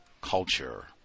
culture